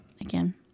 Again